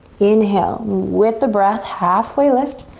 inhale with the breath halfway lift